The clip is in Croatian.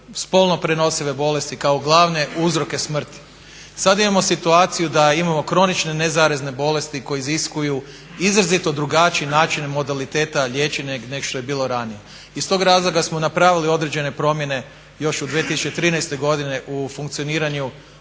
spolno prenosive bolesti kao glavne uzroke smrti. Sada imamo situaciju da imamo kronične nezarazne bolesti koje iziskuju izrazito drugačiji način modaliteta liječenja nego što je bilo ranije. Iz tog razloga smo napravili određene promjene još 2013. godine u funkcioniranju